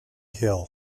hill